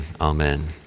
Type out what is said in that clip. amen